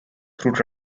through